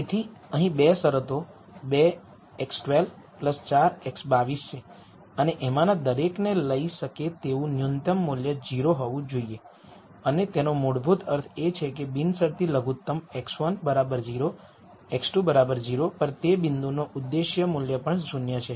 તેથી અહીં 2 શરતો ૨ x૧૨ ૪ x૨૨ છે અને આમાંના દરેકને લઈ શકે તેવું ન્યુનત્તમ મૂલ્ય 0 હોવું જોઈએ અને તેનો મૂળભૂત અર્થ એ છે કે બિનશરતી લઘુત્તમ x1 0 x2 0 પર તે બિંદુનો ઉદ્દેશ મૂલ્ય પણ 0 છે